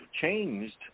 changed